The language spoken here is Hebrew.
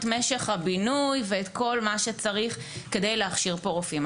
משך הבינוי ואת כל מה שצריך כדי להכשיר פה רופאים.